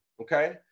Okay